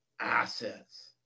assets